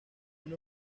una